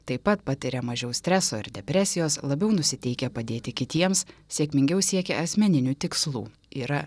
taip pat patiria mažiau streso ir depresijos labiau nusiteikę padėti kitiems sėkmingiau siekia asmeninių tikslų yra